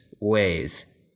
ways